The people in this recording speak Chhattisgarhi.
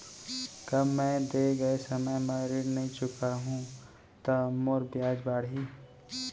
का मैं दे गए समय म ऋण नई चुकाहूँ त मोर ब्याज बाड़ही?